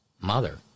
Mother